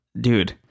Dude